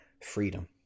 freedom